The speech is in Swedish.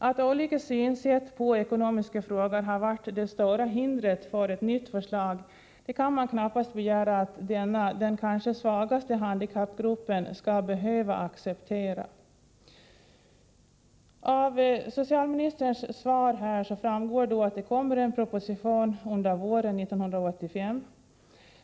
Att olika sätt att se på ekonomiska frågor varit det stora hindret för ett nytt förslag kan man knappt begära att denna grupp — den kanske svagaste handikappgruppen — skall behöva acceptera. Av socialministerns svar här framgår att det kommer en proposition under våren 1985.